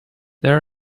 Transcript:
there